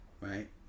Right